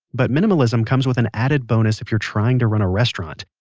but minimalism comes with an added bonus if you're trying to run a restaurant.